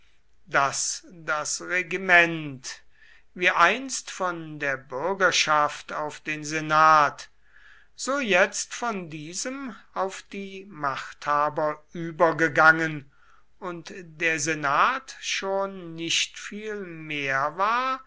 daß das regiment wie einst von der bürgerschaft auf den senat so jetzt von diesem auf die machthaber übergegangen und der senat schon nicht viel mehr war